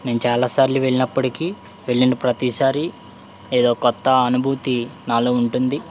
నేను చాలాసార్లు వెళ్ళి నప్పటికీ వెళ్ళిన ప్రతిసారి ఏదో కొత్త అనుభూతి నాలో ఉంటుంది